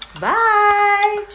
Bye